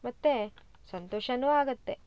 ಮತ್ತು ಸಂತೋಷನೂ ಆಗುತ್ತೆ